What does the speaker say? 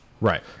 Right